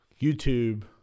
YouTube